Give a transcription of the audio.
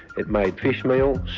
it made fishmeal,